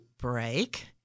break